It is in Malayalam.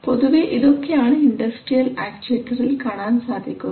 പൊതുവേ ഇതൊക്കെയാണ് ഇൻഡസ്ട്രിയൽ ആക്ച്ചുവെറ്ററിൽ കാണാൻ സാധിക്കുക